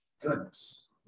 Goodness